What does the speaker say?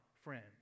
friend